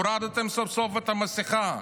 הורדתם סוף-סוף את המסכה.